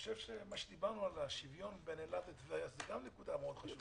השוויון בין אילת לטבריה הוא גם חשוב.